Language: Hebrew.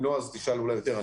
אם לא, תשאל יותר.